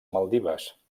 maldives